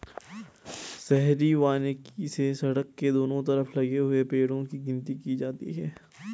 शहरी वानिकी से सड़क के दोनों तरफ लगे हुए पेड़ो की गिनती की जाती है